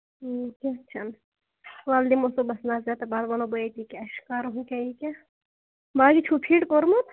اۭں کیاہ چھُنہٕ وَلہٕ دِمو صبُحس نَطر تہٕ پَتہٕ وَنو بہٕ أتی کیاہ چھِ کَرُن ہُہ کیاہ یہِ کیاہ باقی چھُ کوٚرمُت